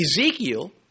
Ezekiel